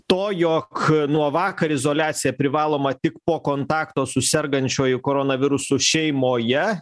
to jog nuo vakar izoliacija privaloma tik po kontakto su sergančiuoju koronavirusu šeimoje